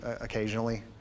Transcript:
occasionally